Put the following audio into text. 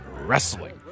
Wrestling